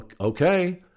Okay